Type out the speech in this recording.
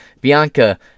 Bianca